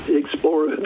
explore